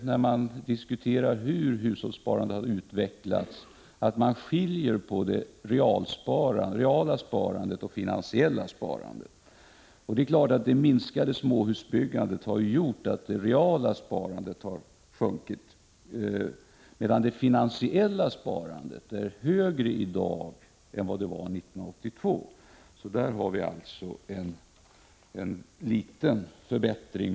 När man diskuterar hushållssparandets utveckling, är det viktigt att göra skillnad på realt och finansiellt sparande. Det är klart att det minskade småhusbyggandet har medfört att det reala sparandet sjunkit. Det finansiella sparandet är däremot högre i dag än vad det var 1982. Där har vi alltså kunnat notera en liten förbättring.